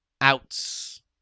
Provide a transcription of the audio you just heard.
Outs